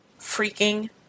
freaking